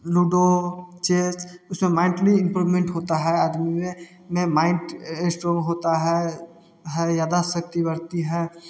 ludo chess उसमें mentally improvement होता है आदमी में में माइंड इश्ट्रोंग होता है है यादाश्त शक्ति बढ़ती है